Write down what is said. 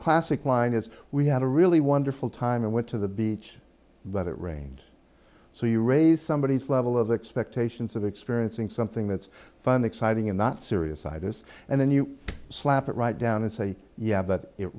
classic line is we had a really wonderful time and went to the beach but it rained so you raise somebodies level of expectations of experiencing something that's fun exciting and not serious itis and then you slap it right down and say yeah but it